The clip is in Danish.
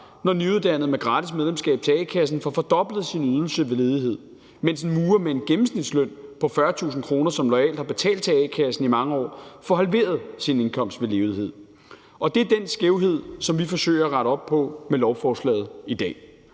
når nyuddannede med gratis medlemskab af a-kassen får fordoblet deres ydelse ved ledighed, mens en murer med en gennemsnitsløn på 40.000 kr., som loyalt har betalt til a-kassen i mange år, får halveret sin indkomst ved ledighed. Det er den skævhed, som vi forsøger at rette op på med lovforslaget i dag.